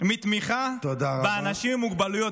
מתמיכה באנשים עם מוגבלויות.